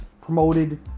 promoted